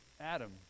Adam